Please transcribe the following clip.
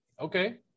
okay